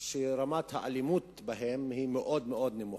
שרמת האלימות בהם היא מאוד מאוד נמוכה,